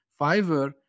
Fiverr